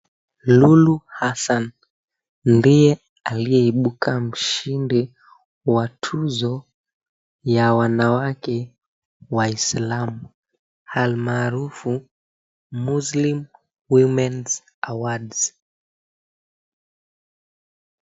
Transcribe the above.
Lulu Hassan ndiye aliyeibuka mshindi wa tuzo ya wanawake Waislamu alimaarufu, "Muslims Women's Award."